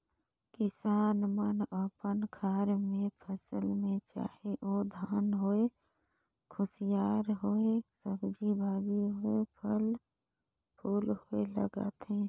किसान मन अपन खार मे फसिल में चाहे ओ धान होए, कुसियार होए, सब्जी भाजी होए, फर फूल होए लगाथे